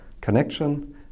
connection